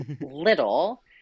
Little